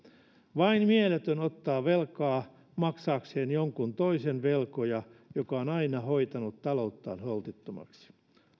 vain mieletön ottaa velkaa maksaakseen jonkun toisen velkoja joka on aina hoitanut talouttaan holtittomasti